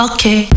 Okay